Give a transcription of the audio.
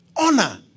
Honor